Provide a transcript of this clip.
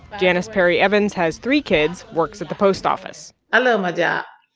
janice perry-evans has three kids, works at the post office i love my yeah